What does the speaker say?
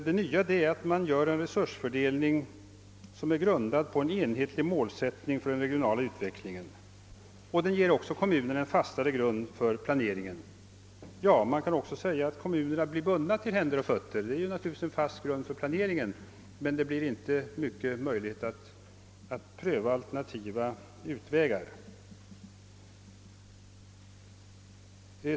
Det nya är bara att man gör en resursfördelning grundad på en enhetlig målsättning för den regionala utvecklingen, och den ger samtidigt kommunerna en fastare grund för deras planering. Ja, men man kan också säga att kommunerna blir bundna till händer och fötter. Det är naturligtvis en fast grund för planeringen, men det blir då inte stora möjligheter att pröva alternativa utvägar.